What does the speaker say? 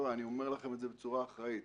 אני אומר לכם את זה בצורה אחראית.